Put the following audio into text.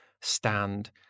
stand